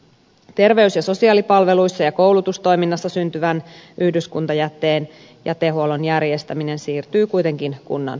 terveys ja sosiaalipalveluissa ja koulutustoiminnassa syntyvän yhdyskuntajätteen jätehuollon järjestäminen siirtyy kuitenkin kunnan velvollisuudeksi